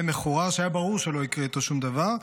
מחורר שהיה ברור שלא יקרה איתו שום דבר,